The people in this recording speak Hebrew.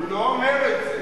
הוא לא אומר את זה.